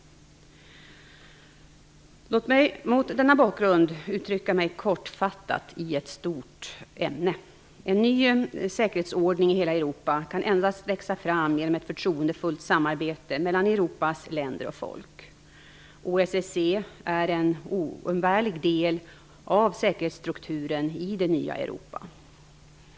Låt mig mot denna bakgrund uttrycka mig kortfattat i ett stort ämne. En ny säkerhetsordning i hela Europa kan endast växa fram genom ett förtroendefullt samarbete mellan Europas länder och folk. OSSE är en oumbärlig del av säkerhetsstrukturen i det nya Europa.